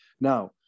Now